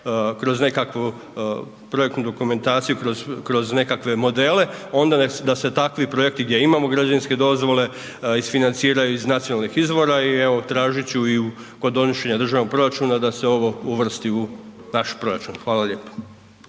kroz nekakvu projektnu dokumentaciju, kroz nekakve modele, onda da se takvi projekti gdje imamo građevinske dozvole, isfinanciraju iz nacionalnih izvora i evo, tražit ću i kod donošenja državnog proračuna da se ovo uvrsti u naš proračun. Hvala lijepa.